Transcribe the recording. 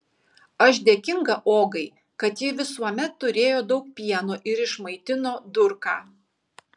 aš dėkinga ogai kad ji visuomet turėjo daug pieno ir išmaitino durką